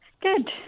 Good